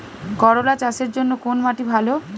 করলা চাষের জন্য কোন মাটি ভালো?